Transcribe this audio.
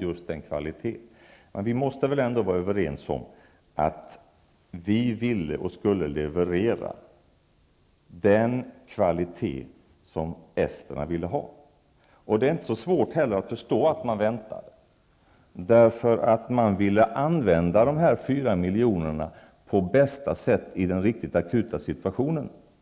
just den kvaliteten, som man tror. Men vi måste väl ändå vara överens om att vi ville och skulle leverera den kvalitet som esterna ville ha. Det är inte heller svårt att förstå att man väntar därför att man vill använda dessa fyra miljoner på bästa sätt i den riktigt akuta situationen.